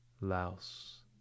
louse